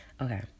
Okay